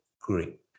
great